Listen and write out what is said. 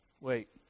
Wait